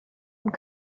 und